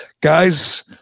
guys